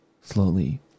slowly